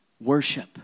Worship